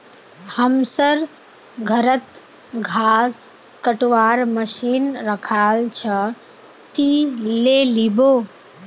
हमसर घरत घास कटवार मशीन रखाल छ, ती ले लिबो